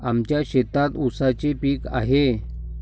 आमच्या शेतात ऊसाचे पीक आहे